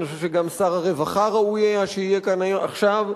אני חושב שגם שר הרווחה ראוי היה שיהיה כאן עכשיו,